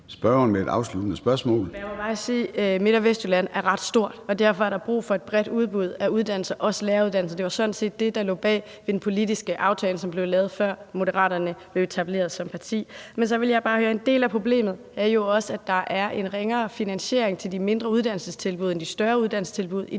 Signe Munk (SF): Men jeg må bare sige, at Midt- og Vestjylland er ret stort, og derfor er der brug for et bredt udbud af uddannelser, også læreruddannelsen. Det var sådan set det, der lå bag den politiske aftale, som blev lavet, før Moderaterne blev etableret som parti. Men så vil jeg bare høre: En del af problemet er jo også, at der er en ringere finansiering til de mindre uddannelsestilbud end til de større uddannelsestilbud i det